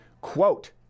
quote